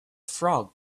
frog